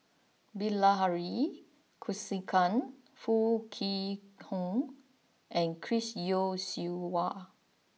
Bilahari Kausikan Foo Kwee Horng and Chris Yeo Siew Hua